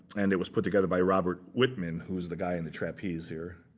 and it was put together by robert whitman, who is the guy in the trapeze here.